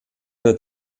der